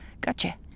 Gotcha